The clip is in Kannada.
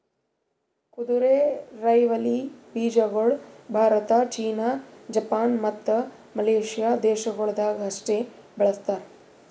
ಕುದುರೆರೈವಲಿ ಬೀಜಗೊಳ್ ಭಾರತ, ಚೀನಾ, ಜಪಾನ್, ಮತ್ತ ಮಲೇಷ್ಯಾ ದೇಶಗೊಳ್ದಾಗ್ ಅಷ್ಟೆ ಬೆಳಸ್ತಾರ್